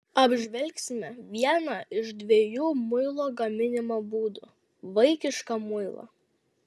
apžvelgsime vieną iš dviejų muilo gaminimo būdų vaikišką muilą